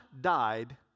died